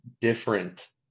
different